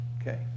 Okay